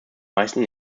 meisten